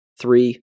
Three